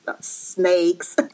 snakes